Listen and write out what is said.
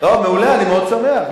מעולה, אני מאוד שמח.